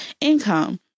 income